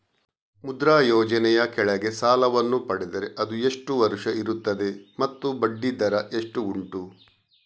ಮುದ್ರಾ ಯೋಜನೆ ಯ ಕೆಳಗೆ ಸಾಲ ವನ್ನು ಪಡೆದರೆ ಅದು ಎಷ್ಟು ವರುಷ ಇರುತ್ತದೆ ಮತ್ತು ಬಡ್ಡಿ ದರ ಎಷ್ಟು ಉಂಟು?